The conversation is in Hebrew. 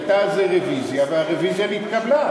הייתה על זה רוויזיה והרוויזיה נתקבלה.